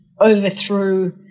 overthrew